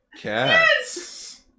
Cats